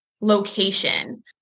location